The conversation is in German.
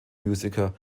musiker